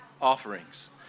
offerings